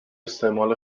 استعمال